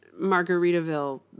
Margaritaville